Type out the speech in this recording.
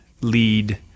lead